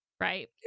right